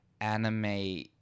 anime